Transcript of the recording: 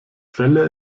fälle